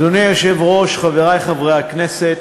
אדוני היושב-ראש, חברי חברי הכנסת,